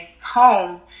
home